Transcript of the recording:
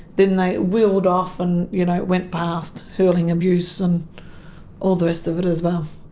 then they wheeled off and you know went past hurling abuse and all the rest of it as well.